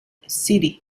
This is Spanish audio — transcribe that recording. city